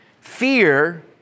Fear